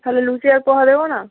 তাহলে লুচি আর পোহা দেবো না